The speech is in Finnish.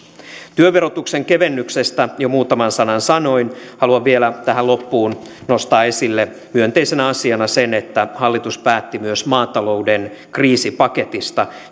työverotuksen kevennyksestä jo muutaman sanan sanoin haluan vielä tähän loppuun nostaa esille myönteisenä asiana sen että hallitus päätti myös maatalouden kriisipaketista